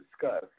discuss